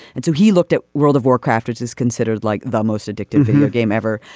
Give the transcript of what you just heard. and so he looked at world of warcraft which is considered like the most addictive video game ever.